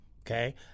Okay